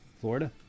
Florida